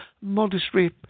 modestly